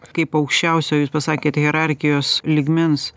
kaip aukščiausio jūs pasakėt hierarchijos lygmens